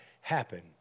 happen